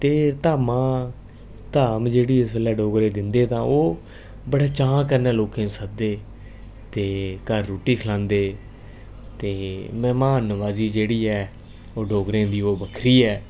ते धामां धाम जेह्ड़ी जिस बेल्लै डोगरे दिंदे तां ओह् बड़े चाऽ कन्नै लोकें गी सददे ते घर रुट्टी खलांदे ते मेह्मानबाजी जेह्ड़ी ऐ ओह् डोगरें दी ओह् बक्खरी ऐ